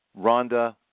Rhonda